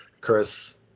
Chris